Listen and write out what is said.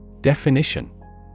Definition